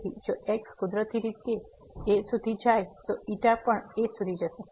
તેથી જો x કુદરતી રીતે a સુધી જાય તો ξ પણ a સુધી જશે